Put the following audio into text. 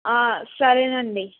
సరేనండి